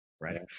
right